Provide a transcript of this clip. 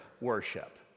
worship